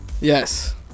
Yes